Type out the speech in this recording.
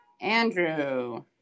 andrew